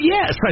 Yes